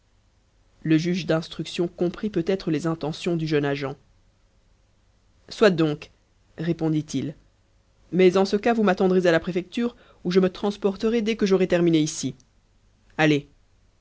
le juge d'instruction comprit peut-être les intentions du jeune agent soit donc répondit-il mais en ce cas vous m'attendrez à la préfecture où je me transporterai dès que j'aurai terminé ici allez